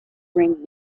bring